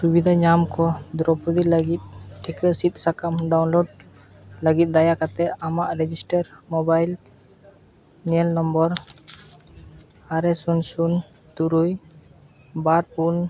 ᱥᱩᱵᱤᱫᱟ ᱧᱟᱢ ᱠᱚ ᱫᱨᱳᱣᱯᱚᱫᱤ ᱞᱟᱹᱜᱤᱫ ᱴᱤᱠᱟᱹ ᱥᱤᱫ ᱥᱟᱠᱟᱢ ᱰᱟᱣᱩᱱᱞᱳᱰ ᱞᱟᱹᱜᱤᱫ ᱫᱟᱭᱟ ᱠᱟᱛᱮᱫ ᱟᱢᱟᱜ ᱨᱮᱡᱤᱥᱴᱟᱨ ᱢᱳᱵᱟᱭᱤᱞ ᱢᱮᱞ ᱱᱚᱢᱵᱚᱨ ᱟᱨᱮ ᱥᱩᱱ ᱥᱩᱱ ᱛᱩᱨᱩᱭ ᱵᱟᱨ ᱯᱩᱱ